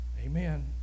Amen